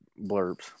blurbs